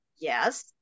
yes